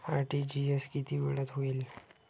RTGS किती वेळात होईल?